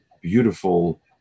beautiful